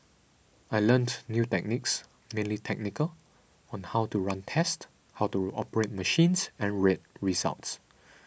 I learnt new techniques mainly technical on how to run tests how to operate machines and read results